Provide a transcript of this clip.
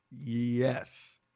yes